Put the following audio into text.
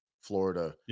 Florida